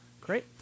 Great